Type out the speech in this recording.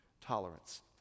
tolerance